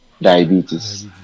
diabetes